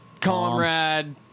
Comrade